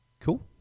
Cool